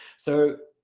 so